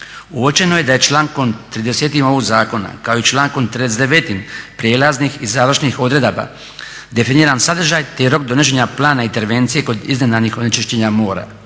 Uočeno je da je člankom 30. ovog Zakona kao i člankom 39. Prijelaznih i završnih odredaba definiran sadržaj, te rok donošenja plana intervencije kod iznenadnih onečišćenja mora.